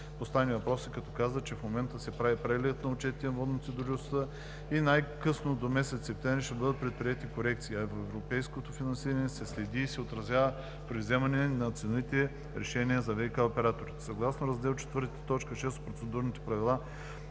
поставени въпроси, като каза, че в момента се прави преглед на отчетите на водните дружества и най-късно до месец септември ще бъдат предприети корекции, а европейското финансиране се следи и се отразява при вземане на ценовите решения за ВиК операторите. Съгласно раздел IV, т. 6 от Процедурните правила,